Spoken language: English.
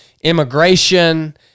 immigration